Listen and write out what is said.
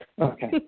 Okay